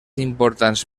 importants